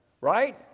right